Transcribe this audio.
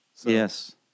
Yes